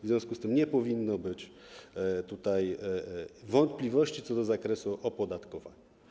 W związku z tym nie powinno być wątpliwości co do zakresu opodatkowania.